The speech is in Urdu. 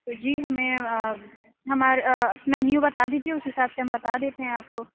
جی ہمیں ہمارا مینیو بتا دیجیے اُس حساب سے ہم بتا دیتے ہیں آپ کو